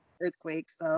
earthquakes